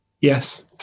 yes